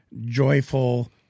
joyful